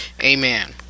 amen